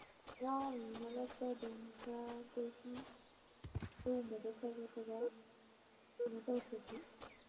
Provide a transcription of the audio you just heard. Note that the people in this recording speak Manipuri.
ꯌꯥꯎꯏꯅꯤ ꯃꯔꯛꯇ ꯑꯗꯨꯝ ꯑꯗꯒꯤ ꯑꯗꯨꯒꯨꯝꯕꯗꯣ ꯈꯔ ꯈꯔ ꯈꯔ ꯀꯩꯅꯣ ꯇꯧꯗ꯭ꯔꯗꯤ